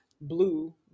Blue